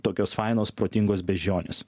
tokios fainos protingos beždžionės